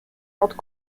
ordre